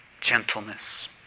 gentleness